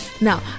Now